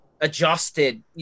adjusted